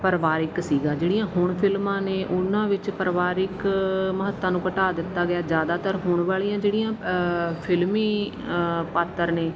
ਪਰਿਵਾਰਿਕ ਸੀਗਾ ਜਿਹੜੀਆਂ ਹੁਣ ਫਿਲਮਾਂ ਨੇ ਉਹਨਾਂ ਵਿੱਚ ਪਰਿਵਾਰਿਕ ਮਹੱਤਤਾ ਨੂੰ ਘਟਾ ਦਿੱਤਾ ਗਿਆ ਜਿਆਦਾਤਰ ਹੁਣ ਵਾਲੀਆਂ ਜਿਹੜੀਆਂ ਫਿਲਮੀ ਪਾਤਰ ਨੇ